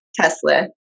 Tesla